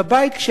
כשהם באים,